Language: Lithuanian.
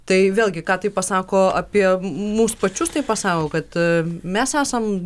tai vėlgi ką tai pasako apie mus pačius tai pasako kad mes esam